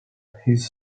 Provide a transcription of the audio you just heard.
his